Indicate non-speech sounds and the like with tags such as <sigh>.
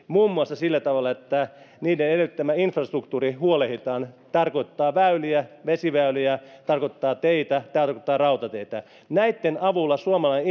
<unintelligible> muun muassa sillä tavalla että niiden edellyttämä infrastruktuuri huolehditaan tarkoittaa väyliä vesiväyliä teitä rautateitä näitten avulla suomalainen <unintelligible>